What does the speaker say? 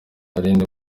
narindi